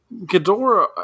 Ghidorah